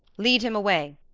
lead him away.